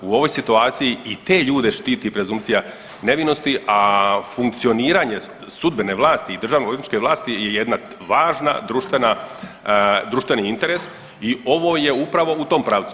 U ovoj situaciji i te ljude štiti presumpcija nevinosti, a funkcioniranje sudbene vlasti i državno odvjetničke vlasti je jedna važna društvena, društveni interes i ovo je upravo u tom pravcu.